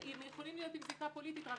ויכולים להיות עם זיקה פוליטית רק